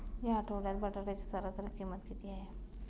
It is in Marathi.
या आठवड्यात बटाट्याची सरासरी किंमत किती आहे?